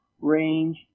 range